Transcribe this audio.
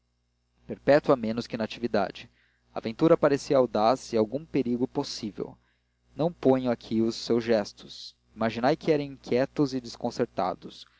tanto perpétua menos que natividade a aventura parecia audaz e algum perigo possível não ponho aqui os seus gestos imaginai que eram inquietos e desconcertados